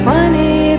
Funny